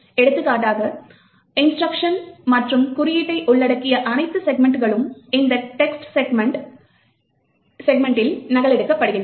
எடுத்துக்காட்டாக இன்ஸ்ட்ருக்ஷன் மற்றும் குறியீட்டை உள்ளடக்கிய அனைத்து செக்மென்ட்களும் இந்த டெக்ஸ்ட் செக்மென்டில் நகலெடுக்கப்படுகின்றன